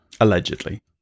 Allegedly